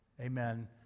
Amen